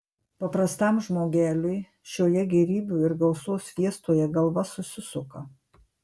paprastam žmogeliui šioje gėrybių ir gausos fiestoje galva susisuka